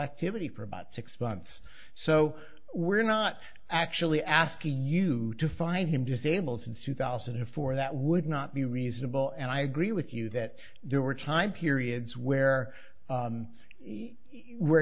activity for about six months so we're not actually asking you to find him disabled since two thousand and four that would not be reasonable and i agree with you that do are time periods where where